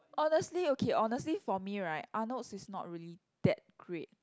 honestly okay honestly for me right Arnold's is not really that great